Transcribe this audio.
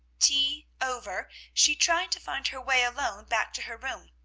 tea over, she tried to find her way alone back to her room,